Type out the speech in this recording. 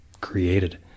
created